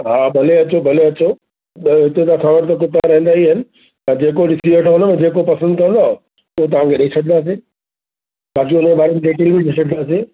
हा भले अचो भले अचो ॿ हिते त असांं वटि त कुता रहंदा ई आहिनि जेको ॾिसी वठंदा उनमें जेको पसंदि कंदव उहो तव्हांखे ॾई छॾींदासीं बाक़ी उनजे बारे में डीटेल बि ॾई छडींदासीं